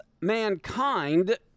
mankind